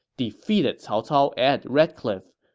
defeated cao cao at red cliff.